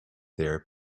there